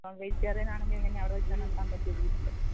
non vegetarian ആണെങ്കിൽ എങ്ങനെയാ അവിടെ വെച്ച് നടത്താൻ പറ്റുമോ വീട്ടിൽ